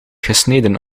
gesneden